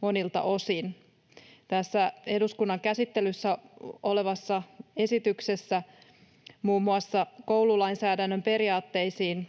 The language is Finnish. monilta osin. Tässä eduskunnan käsittelyssä olevassa esityksessä muun muassa koululainsäädännön periaatteisiin